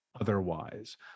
otherwise